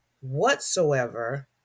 whatsoever